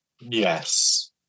yes